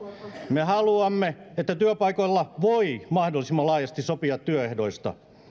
me haluamme että työpaikoilla voi mahdollisimman laajasti sopia työehdoista